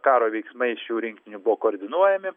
karo veiksmai šių rinktinių buvo koordinuojami